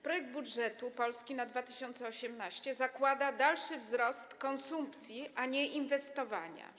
Projekt budżetu Polski na 2018 r. zakłada dalszy wzrost konsumpcji, a nie inwestowania.